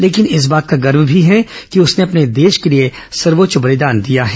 लेकिन इस बात का गर्व भी है कि उसने अपने देश के लिए सर्वोच्च बलिदान दिया है